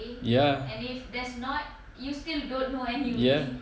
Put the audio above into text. ya yup